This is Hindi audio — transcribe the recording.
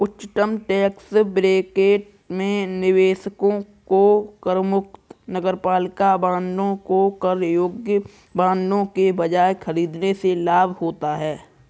उच्चतम टैक्स ब्रैकेट में निवेशकों को करमुक्त नगरपालिका बांडों को कर योग्य बांडों के बजाय खरीदने से लाभ होता है